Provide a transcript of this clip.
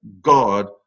God